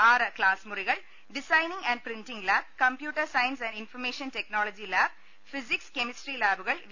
ആറ് ക്ലാസ് മുറികൾ designing and printing lab computer science and information technology lab physics chemistry ലാബുകൾ V